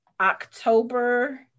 October